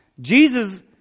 Jesus